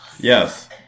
Yes